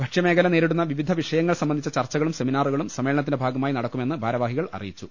ഭക്ഷ്യ മേഖല നേരിടുന്ന വിവിധ വിഷയങ്ങൾ സംബന്ധിച്ച ചർച്ചകളും സെമിനാറുകളും സമ്മേളനത്തിന്റെ ഭാഗമായി നടക്കുമെന്ന് ഭാര വാഹികൾ അറിയിച്ചു